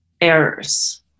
errors